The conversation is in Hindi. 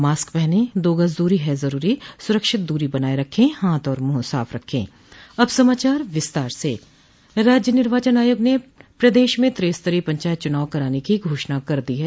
मास्क पहनें दो गज दूरी है जरूरी सुरक्षित दूरी बनाये रखें हाथ और मुंह साफ रखें और अब समाचार विस्तार से राज्य निर्वाचन आयोग ने प्रदेश में त्रिस्तरीय पंचायत चूनाव कराने की घोषणा कर दी है